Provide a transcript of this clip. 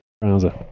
browser